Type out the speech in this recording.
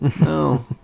No